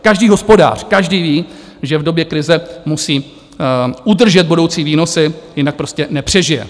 Každý hospodář, každý ví, že v době krize musí udržet budoucí výnosy, jinak prostě nepřežije.